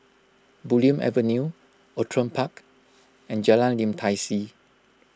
Bulim Avenue Outram Park and Jalan Lim Tai See